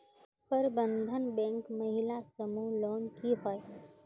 प्रबंधन बैंक महिला समूह लोन की होय?